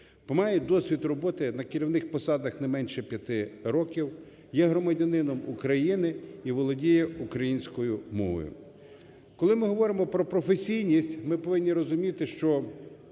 має досвід роботи на керівних посадах не менше 5 років, є громадянином України і володіє українською мовою. Коли ми говоримо про професійність, ми повинні розуміти, що